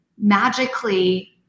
Magically